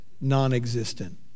non-existent